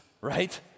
right